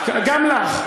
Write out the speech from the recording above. גם לך: